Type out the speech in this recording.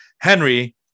Henry